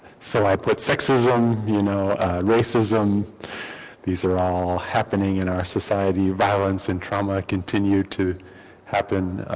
so i put sexism you know racism these are all happening in our society violence and trauma continue to happen.